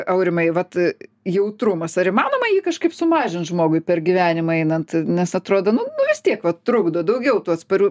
aurimai vat jautrumas ar įmanoma jį kažkaip sumažint žmogui per gyvenimą einant nes atrodo nu nu vis tiek va trukdo daugiau tų atsparių